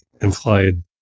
implied